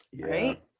right